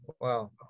wow